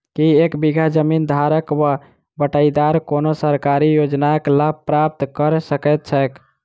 की एक बीघा जमीन धारक वा बटाईदार कोनों सरकारी योजनाक लाभ प्राप्त कऽ सकैत छैक?